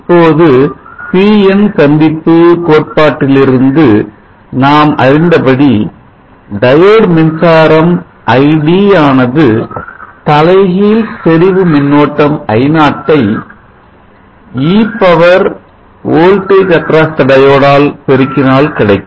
இப்போது PN PN சந்திப்பு கோட்பாட்டிலிருந்து நாம் அறிந்தபடி Diode மின்சாரம் id ஆனது தலைகீழ் செறிவு மின்னோட்டம் I0 ஐ evoltage across the diode ஆல் பெருக்கினால் கிடைக்கும்